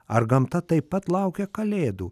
ar gamta taip pat laukia kalėdų